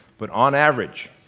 but on average,